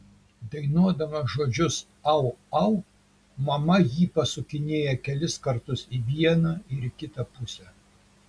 dainuodama žodžius au au mama jį pasukinėja kelis kartus į vieną ir į kitą pusę